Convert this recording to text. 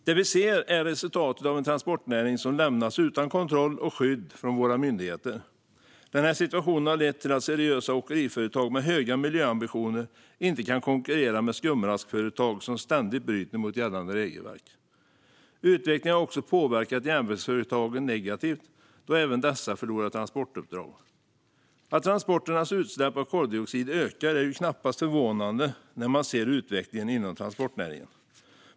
Det vi ser är resultatet av en transportnäring som lämnats utan kontroll och skydd från våra myndigheter. Situationen har lett till att seriösa åkeriföretag med höga miljöambitioner inte kan konkurrera med skumraskföretag som ständigt bryter mot gällande regelverk. Utvecklingen har också påverkat järnvägsföretagen negativt, då även dessa förlorar transportuppdrag. Att transporternas utsläpp av koldioxid ökar är knappast förvånande när man ser utvecklingen inom transportnäringen.